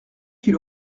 qu’il